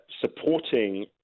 supporting